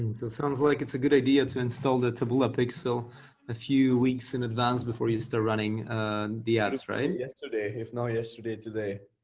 um so sounds like it's a good idea to install the taboola pixels a few weeks in advance before you start running the ads, right? yesterday, if not yesterday, today.